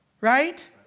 right